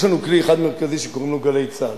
יש לנו כלי אחד מרכזי שקוראים לו "גלי צה"ל",